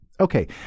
Okay